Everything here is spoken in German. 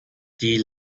die